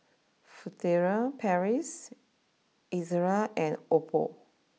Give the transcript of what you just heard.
Furtere Paris Ezerra and Oppo